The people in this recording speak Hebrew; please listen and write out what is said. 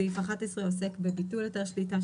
סעיף 11 עוסק בביטול היתר השליטה,